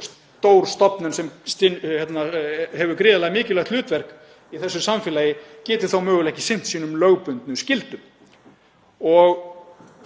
að stór stofnun, sem hefur gríðarlega mikilvægt hlutverk í þessu samfélagi, geti þá mögulega ekki sinnt sínum lögbundnu skyldum.